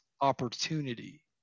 opportunity